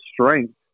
strength